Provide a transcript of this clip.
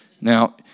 Now